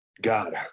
God